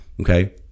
Okay